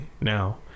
now